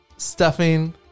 Stuffing